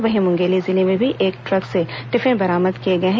वहीं मुंगेली जिले में भी एक ट्रक से टिफिन बरामद किए गए है